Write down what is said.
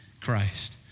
Christ